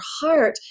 heart